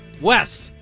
west